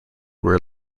were